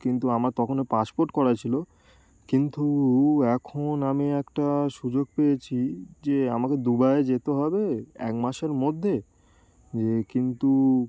কিন্তু আমার তখন ওই পাসপোর্ট করা ছিল কিন্তু এখন আমি একটা সুযোগ পেয়েছি যে আমাকে দুবাইয়ে যেতে হবে এক মাসের মধ্যে যে কিন্তু